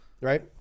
Right